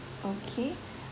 okay